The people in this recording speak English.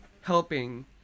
helping